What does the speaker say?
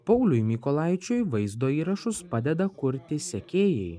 pauliui mykolaičiui vaizdo įrašus padeda kurti sekėjai